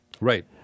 right